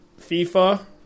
FIFA